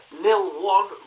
nil-one